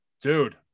Dude